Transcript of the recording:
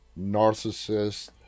narcissist